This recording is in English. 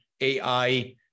AI